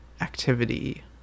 activity